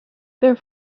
their